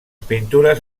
pintures